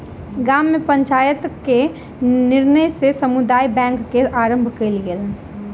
गाम में पंचायत के निर्णय सॅ समुदाय बैंक के आरम्भ कयल गेल